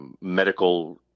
medical